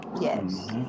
Yes